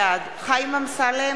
בעד חיים אמסלם,